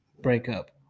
breakup